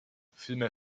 vielmehr